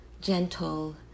gentle